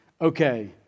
okay